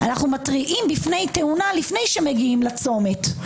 אנחנו מתריעים בפני תאונה לפני שמגיעים לצומת.